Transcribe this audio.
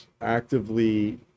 actively